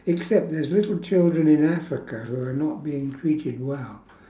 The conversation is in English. except there's little children in africa who are not being treated well